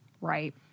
right